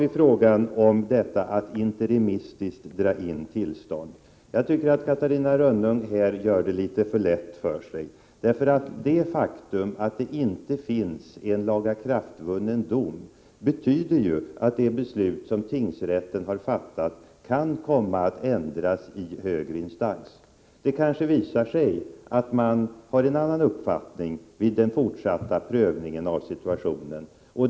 När det gäller frågan om att interimistiskt dra in tillstånd gör Catarina Rönnung det litet för lätt för sig. Det faktum att det inte finns en lagakraftvunnen dom betyder att det beslut som tingsrätten har fattat kan komma att ändras i högre instans. Det kan visa sig att man har en annan uppfattning vid den fortsatta prövningen av situationen.